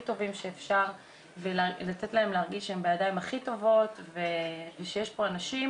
טובים שאפשר ולתת להם להרגיש שהם בידיים הכי טובות ושיש פה אנשים